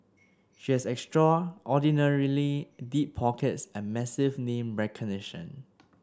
she has extraordinarily deep pockets and massive name recognition